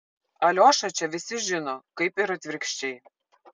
aliošą čia visi žino kaip ir atvirkščiai